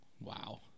Wow